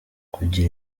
kugira